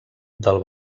del